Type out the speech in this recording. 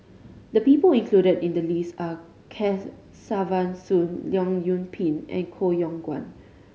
the people included in the list are Kesavan Soon Leong Yoon Pin and Koh Yong Guan